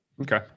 okay